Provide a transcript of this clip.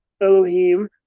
Elohim